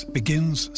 begins